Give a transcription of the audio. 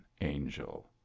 angel